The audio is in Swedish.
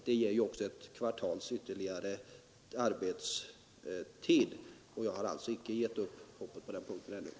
Det ger också ytterligare ett kvartals arbetstid. Jag har alltså ännu icke givit upp hoppet på den punkten.